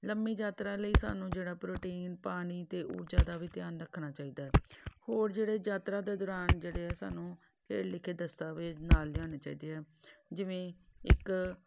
ਲੰਬੀ ਯਾਤਰਾ ਲਈ ਸਾਨੂੰ ਜਿਹੜਾ ਪ੍ਰੋਟੀਨ ਪਾਣੀ ਅਤੇ ਊਰਜਾ ਦਾ ਵੀ ਧਿਆਨ ਰੱਖਣਾ ਚਾਹੀਦਾ ਹੋਰ ਜਿਹੜੇ ਯਾਤਰਾ ਦੇ ਦੌਰਾਨ ਜਿਹੜੇ ਆ ਸਾਨੂੰ ਹੇਠ ਲਿਖੇ ਦਸਤਾਵੇਜ ਨਾਲ ਲਿਆਉਣੇ ਚਾਹੀਦੇ ਆ ਜਿਵੇਂ ਇੱਕ